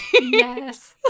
Yes